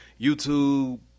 YouTube